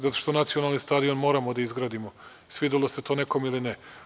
Zato što nacionalni stadion moramo da izgradimo, svidelo se to nekom ili ne.